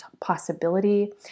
possibility